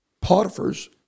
Potiphar's